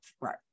Right